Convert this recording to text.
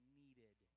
needed